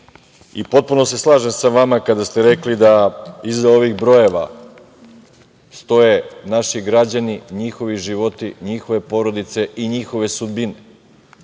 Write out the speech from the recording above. se slažem sa vama kada ste rekli da iza ovih brojeva stoje naši građani, njihovi životi, njihove porodice i njihove sudbine.